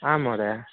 आं महोदय